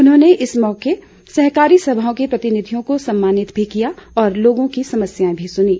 उन्होंने इस मौके सहकारी सभाओं के प्रतिनिधियों को सम्मानित भी किया और लोगों की समस्याएं भी सुनीं